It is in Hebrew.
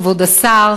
כבוד השר,